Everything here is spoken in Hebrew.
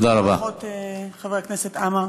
ברכות, חבר הכנסת עמאר.